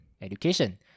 education